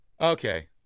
Okay